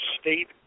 state